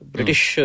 British